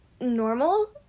normal